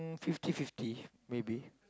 fifty fifty maybe